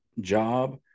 job